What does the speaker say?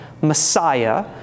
Messiah